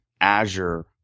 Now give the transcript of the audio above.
Azure